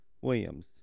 Williams